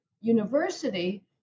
University